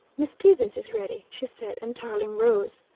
miss stevens is ready, she said, and tarling rose.